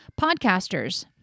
podcasters